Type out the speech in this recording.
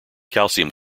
calcium